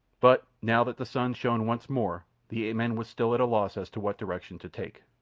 but now that the sun shone once more, the ape-man was still at a loss as to what direction to take.